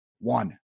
one